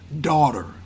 daughter